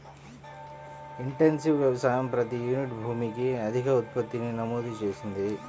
intensive వ్యవసాయం ప్రతి unit భూమికి అధిక ఉత్పత్తిని నమోదు చేసింది